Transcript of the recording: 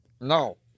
No